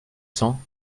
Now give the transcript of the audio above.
cents